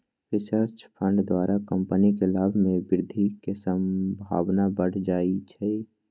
research fund द्वारा company के लाभ में वृद्धि के संभावना बढ़ जाइ छइ